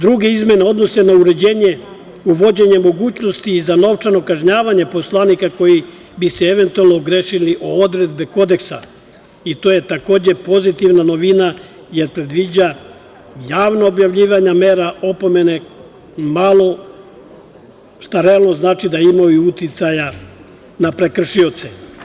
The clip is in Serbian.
Druge izmene odnose se na uređenje uvođenje mogućnosti i za novčano kažnjavanje poslanika koji bi se eventualno ogrešili o odredbe Kodeksa i to je takođe pozitivna novina, jer predviđa javno objavljivanje mera opomene, što realno znači da imaju uticaja na prekršioce.